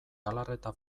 galarreta